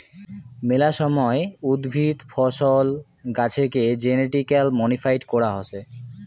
মেলা সময় উদ্ভিদ, ফছল, গাছেকে জেনেটিক্যালি মডিফাইড করাং হসে